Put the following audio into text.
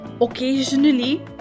Occasionally